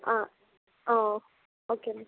ஆ ஆ ஓ ஓகேம்மா